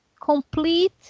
complete